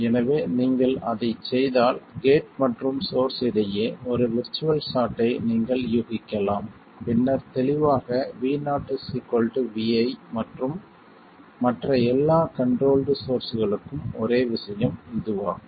எனவே நீங்கள் அதைச் செய்தால் கேட் மற்றும் சோர்ஸ் இடையே ஒரு விர்ச்சுவல் ஷார்ட்டை நீங்கள் யூகிக்கலாம் பின்னர் தெளிவாக Vo Vi மற்றும் மற்ற எல்லா கண்ட்ரோல்ட் சோர்ஸ்களுக்கும் ஒரே விஷயம் இதுவாகும்